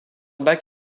bac